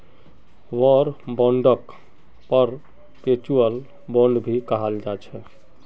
war बांडक perpetual bond भी कहाल जाछे